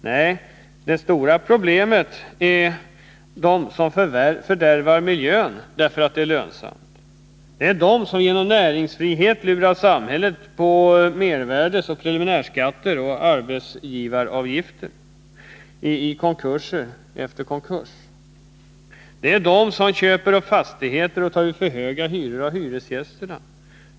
Nej, det stora problemet är de som fördärvar miljön därför att det är lönsamt. Det är de som genom näringsfrihet lurar samhället på moms, preliminärskatter och arbetsgivaravgifter i konkurs efter konkurs. Det är de som köper upp Nr 147 fastigheter och tar ut för höga hyror av hyresgästerna.